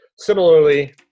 Similarly